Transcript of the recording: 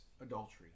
adultery